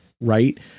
right